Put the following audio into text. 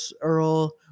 Earl